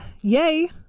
Yay